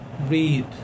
read